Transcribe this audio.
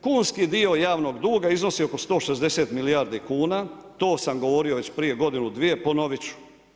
Kunski dio javnog duga iznosi oko 160 milijardi kuna, to sam govorio već prije godinu dvije, ponovit ću.